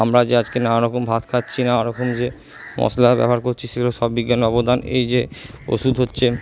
আমরা যে আজকে নানা রকম ভাত খাচ্ছি নানা রকম যে মশলা ব্যবহার করছি সেগুলো সব বিজ্ঞানের অবদান এই যে ওষুধ হচ্ছে